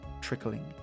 trickling